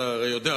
ואתה יודע,